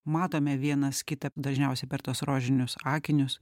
matome vienas kitą dažniausiai per tuos rožinius akinius